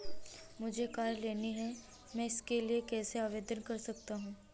मुझे कार लेनी है मैं इसके लिए कैसे आवेदन कर सकता हूँ?